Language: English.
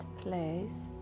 place